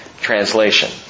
translation